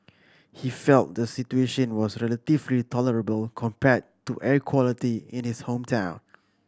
he felt the situation was relatively tolerable compared to air quality in his hometown